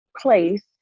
place